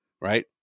right